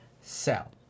sell